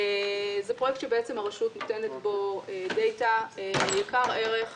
זה פרויקט שהרשות נותנת בו דאטא יקר-ערך,